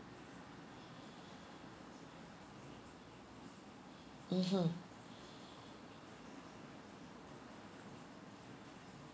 mmhmm